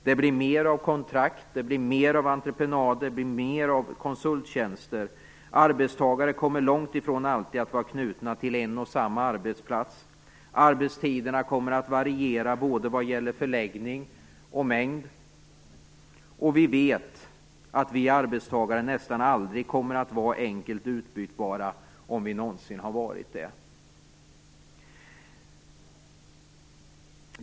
Det blir mer av kontrakt, mer av entreprenader, mer av konsulttjänster. Arbetstagare kommer långt ifrån alltid att vara knutna till en och samma arbetsplats. Arbetstiderna kommer att variera både vad gäller förläggning och mängd. Vi vet att vi arbetstagare nästan aldrig kommer att vara enkelt utbytbara, om vi någonsin har varit det.